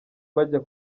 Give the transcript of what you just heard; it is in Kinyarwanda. bajya